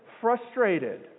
frustrated